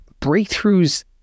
breakthroughs